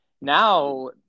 Now